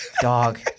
dog